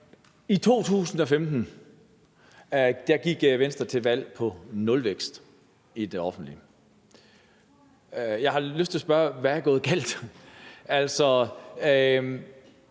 I 2015 gik Venstre til valg på nulvækst i det offentlige. Jeg har lyst til at spørge, hvad der er gået galt.